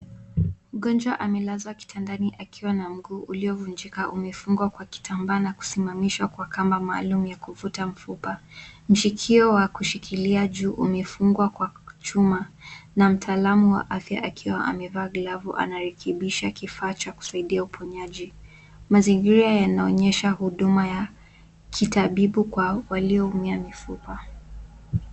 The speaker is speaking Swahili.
Mgonjwa amelazwa kitandani akiwa na mguu uliovunjika umefungwa kwa kitambaa na kusimamishwa kwa kamba maalumu ya kuvuta mifupa. Mshikio wa kushikilia juu umefungwa kwa chuma na mtaalamu wa afya akiwa amevaa glavu anayekimbisha kifaa cha kusaidia uponaji. Mazingira yanaonyesha huduma ya kitabibu kwa waliyoumia mifupa.